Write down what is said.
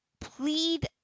plead